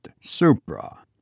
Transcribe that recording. Supra